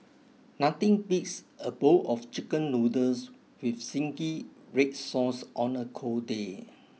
nothing beats a bowl of Chicken Noodles with zingy red sauce on a cold day